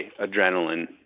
adrenaline